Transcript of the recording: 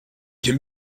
can